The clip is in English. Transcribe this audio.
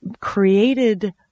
created